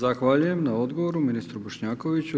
Zahvaljujem na odgovoru ministru Bošnjakoviću.